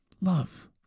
love